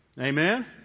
Amen